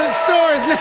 stores